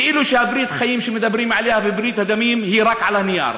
כאילו שברית החיים שמדברים עליה וברית הדמים היא רק על הנייר.